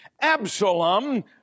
Absalom